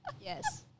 Yes